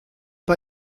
pas